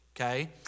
okay